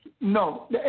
No